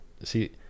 see